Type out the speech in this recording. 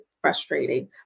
frustrating